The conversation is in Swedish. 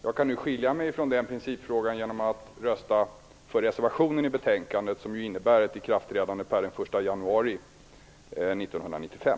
Jag kan nu skilja mig från den principfrågan genom att rösta för reservationen till betänkandet, som innebär ett ikraftträdande den 1 januari 1995.